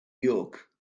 york